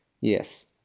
Yes